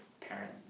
parent